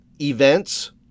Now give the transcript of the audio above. events